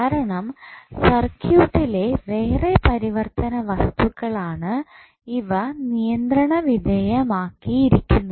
കാരണം സർക്യൂട്ടിലെ വേറെ പരിവർത്തന വസ്തുക്കൾ ആണ് ഇവ നിയന്ത്രണവിധേയമാക്കി ഇരിക്കുന്നത്